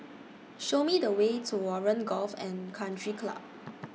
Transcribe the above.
Show Me The Way to Warren Golf and Country Club